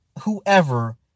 whoever